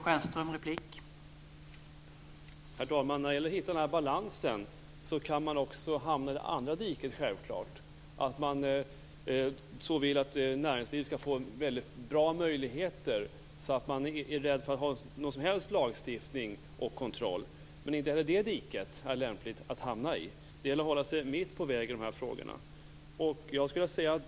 Herr talman! När det gäller att hitta denna balans kan man självfallet hamna i andra diket, att man vill att näringslivet skall få så väldigt goda möjligheter att man är rädd för att ha någon som helst lagstiftning och kontroll. Men det är inte heller lämpligt att hamna i det diket. Det gäller att hålla sig i mitten av vägen i dessa frågor.